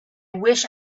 wish